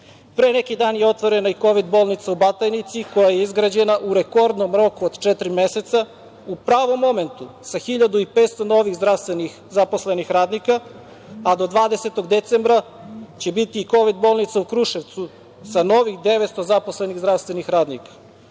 10%.Pre neki dan je otvorena i kovid bolnica u Batajnici koja je izgrađena u rekordnom roku od četiri meseca, u pravom momentu, sa 1.500 novih zdravstvenih zaposlenih radnika, a do 20. decembra će biti i kovid bolnica u Kruševcu, sa novih 900 zaposlenih zdravstvenih radnika.